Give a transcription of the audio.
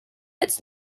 its